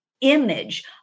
image